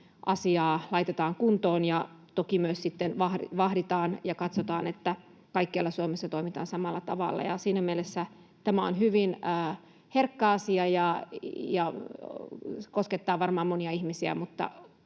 asiaa laitetaan kuntoon ja toki myös sitten vahditaan ja katsotaan, että kaikkialla Suomessa toimitaan samalla tavalla. Siinä mielessä tämä on hyvin herkkä asia ja koskettaa varmaan monia ihmisiä, mutta